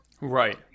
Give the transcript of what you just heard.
Right